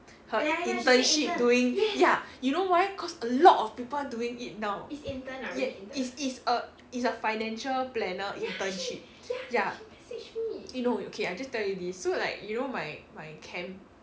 her internship doing ya you know why cause a lot of people doing it now ya is is a is a financial planner internship ya you know oh okay I just tell you this so like you know my my camp